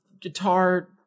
guitar